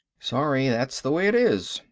sorry. that's the way it is.